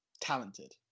talented